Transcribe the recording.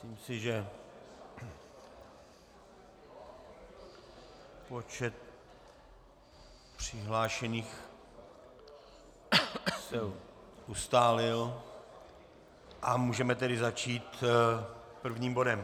Myslím si, že počet přihlášených se ustálil, a můžeme tedy začít prvním bodem.